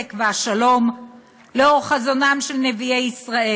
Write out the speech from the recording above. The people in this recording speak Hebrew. הצדק והשלום לאור חזונם של נביאי ישראל".